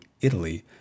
Italy